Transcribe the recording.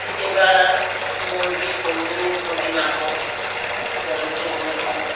কেতিয়াবা মুৰ্গী সৰু মুৰ্গী মাংস জালুক দি বনাই খাওঁ